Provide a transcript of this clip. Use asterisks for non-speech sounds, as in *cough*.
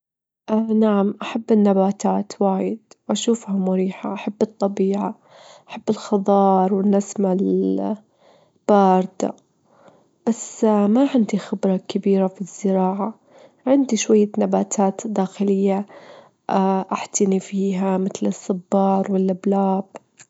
في مرة من المرات، *hesitation* في وسط عاصفة جوية، سفينة غريبة غامضة جت للشاطيء، وطاحت على الشاطيء، كانت السفينة مهدمة شوي، بس كان فيها آتار لأشخاص عاشوا فيها، بعد مافتشوها، لجوا خريطة جديمة تكشف عن كنز مدفون زمان.